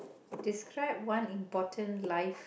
describe one important life